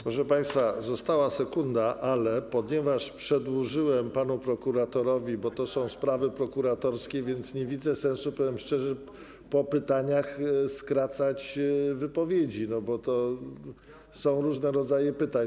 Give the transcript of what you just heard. Proszę państwa, została sekunda, ale ponieważ przedłużyłem panu prokuratorowi, bo to są sprawy prokuratorskie, więc nie widzę sensu, powiem szczerze, po pytaniach skracać wypowiedzi, bo są różne rodzaje pytań.